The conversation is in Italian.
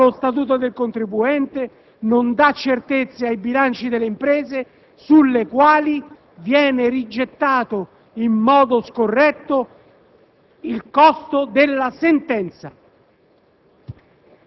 viola lo Statuto del contribuente e non dà certezze ai bilanci delle imprese, sulle quali viene rigettato in modo scorretto e penalizzante il costo della sentenza.